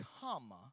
comma